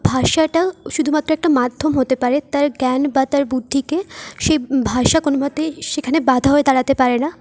ভাষাটা শুধুমাত্র একটা মাধ্যম হতে পারে তার জ্ঞান বা তার বুদ্ধিকে সেই ভাষা কোনমতেই সেখানে বাধা হয়ে দাঁড়াতে পারে না